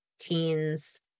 teens